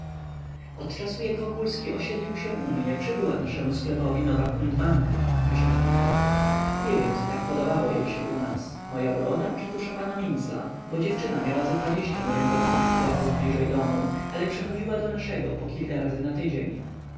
od czasu jak wokulski osiedlił się u mnie przybyła naszemu sklepowi nowa kundmanka kasia hopfer nie wiem co tak podobało się jej u nas moja broda czy tusza pana mincla bo dziewczyna miała ze dwadzieścia norymberskich sklepów bliżej domu ale przychodziła do naszego po kilka razy na tydzień